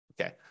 Okay